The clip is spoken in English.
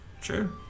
Sure